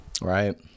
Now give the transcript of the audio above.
Right